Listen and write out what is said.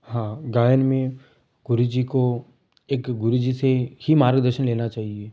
हाँ गायन में गुरू जी को एक गुरू जी से ही मार्गदर्शन लेना चाहिए